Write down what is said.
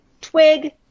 twig